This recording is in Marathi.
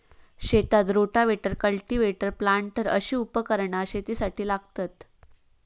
शेतात रोटाव्हेटर, कल्टिव्हेटर, प्लांटर अशी उपकरणा शेतीसाठी लागतत